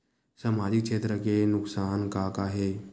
सामाजिक क्षेत्र के नुकसान का का हे?